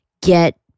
get